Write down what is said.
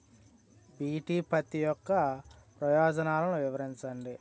BT పత్తి యొక్క ప్రయోజనాలను వివరించండి?